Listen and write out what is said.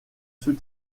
sous